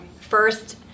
first